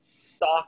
stock